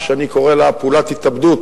שאני קורא לה "פעולת התאבדות",